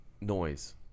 noise